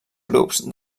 grups